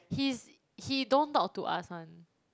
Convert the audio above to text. he's he don't talk to us [one]